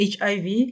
HIV